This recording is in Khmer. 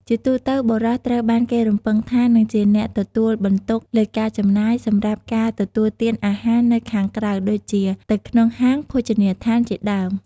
ជាទូទៅ បុរសត្រូវបានគេរំពឹងថានឹងជាអ្នកទទួលបន្ទុកលើការចំណាយ សម្រាប់ការទទួលទានអាហារនៅខាងក្រៅដូចជា ទៅក្នុងហាង ភោជនីដ្ឋានជាដើម។